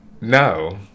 No